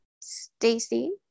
Stacy